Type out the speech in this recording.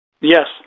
yes